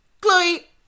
Chloe